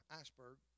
iceberg